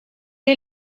est